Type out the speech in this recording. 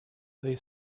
they